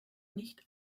nicht